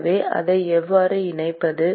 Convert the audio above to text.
எனவே அதை எவ்வாறு இணைப்பது